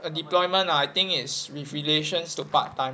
deployment ah I think is with relations to part-time